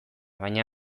baina